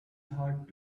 heart